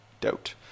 Doubt